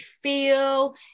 feel